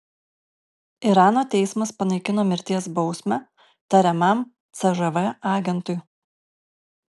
irano teismas panaikino mirties bausmę tariamam cžv agentui